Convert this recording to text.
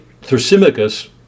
Thrasymachus